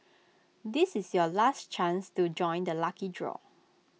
this is your last chance to join the lucky draw